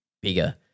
bigger